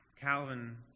Calvin